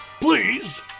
Please